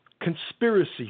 conspiracy